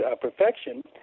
perfection